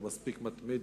והוא מספיק מתמיד,